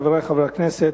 חברי חברי הכנסת,